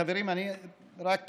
חברים, רק